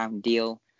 deal